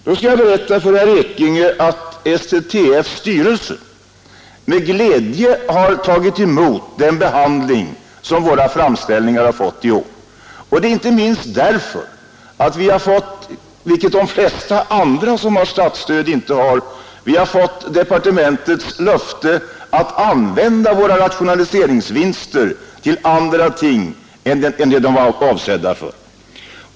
Då skall jag berätta för herr Ekinge att STTF:s styrelse med tillfredsställelse har hälsat den behandling som våra framställningar har fått i år, inte minst därför att vi har fått departementets löfte att använda rationaliseringsvinster till andra ting än de var avsedda för.